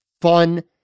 fun